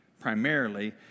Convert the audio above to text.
primarily